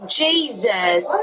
jesus